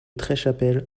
treschâtel